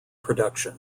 production